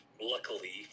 luckily